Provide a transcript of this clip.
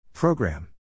Program